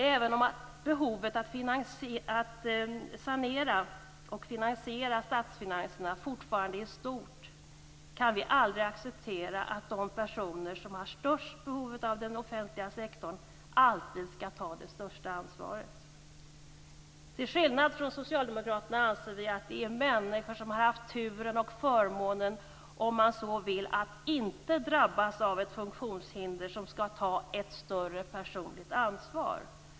Även om behovet att sanera och finansiera statsfinanserna fortfarande är stort kan vi aldrig acceptera att de personer som har störst behov av den offentliga sektorn alltid skall ta det största ansvaret. Till skillnad från socialdemokraterna anser vi att det är människor som har haft turen och förmånen, om man så vill, att inte drabbas av ett funktionshinder som skall ta ett större personligt ansvar.